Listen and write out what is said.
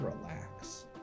relax